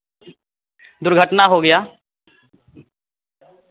दुर्घटना हो गया